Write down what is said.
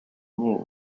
news